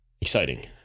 exciting